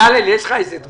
בצלאל, אולי יש לך תגובה?